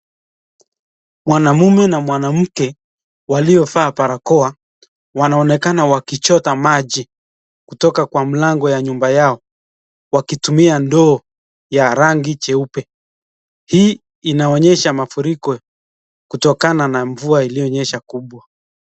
Mwanamume na mwanamke waliovaa barakoa, wanaonekana wakichota maji kutoka kwa mlango ya nyumba yao wakitumia ndoo ya rangi jeupe hii inaonyesha mafuriko kutokana na mvua iliyonyesha kubwa.